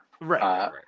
Right